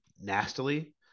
nastily